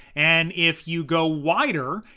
and if you go wider,